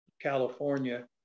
California